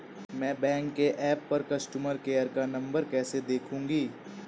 मैं बैंक के ऐप पर कस्टमर केयर का नंबर कैसे देखूंगी?